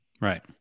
Right